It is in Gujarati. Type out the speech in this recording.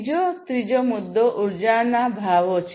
બીજો ત્રીજો મુદ્દો ઉર્જાના ભાવો છે